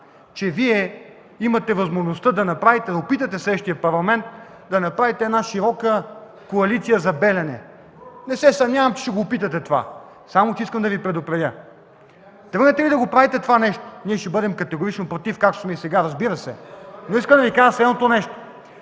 че Вие имате възможността да опитате в следващия парламент да направите една широка коалиция за „Белене”. Не се съмнявам че ще опитате това. Само че искам да Ви предупредя: тръгнете ли да правите това нещо, ние ще бъдем категорично против, както сме и сега, разбира се. Но искам да Ви кажа следното – ще